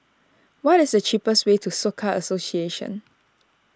what is the cheapest way to Soka Association